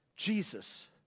Jesus